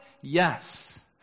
Yes